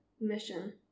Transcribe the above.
mission